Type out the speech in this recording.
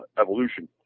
evolution